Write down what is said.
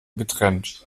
getrennt